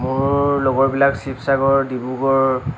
মোৰ লগৰবিলাক শিৱসাগৰ ডিব্ৰুগড়